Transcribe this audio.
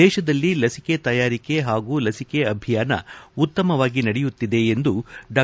ದೇಶದಲ್ಲಿ ಲಸಿಕೆ ತಯಾರಿಕೆ ಹಾಗೂ ಲಸಿಕೆ ಅಭಿಯಾನ ಉತ್ತಮವಾಗಿ ನಡೆಯುತ್ತಿದೆ ಎಂದು ಡಾ